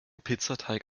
pizzateig